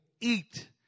eat